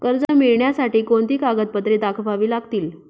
कर्ज मिळण्यासाठी कोणती कागदपत्रे दाखवावी लागतील?